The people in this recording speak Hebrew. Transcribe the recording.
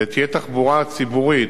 ותהיה תחבורה ציבורית